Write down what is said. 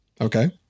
Okay